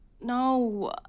No